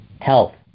health